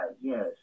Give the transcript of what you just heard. yes